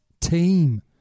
team